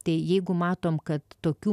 tai jeigu matome kad tokių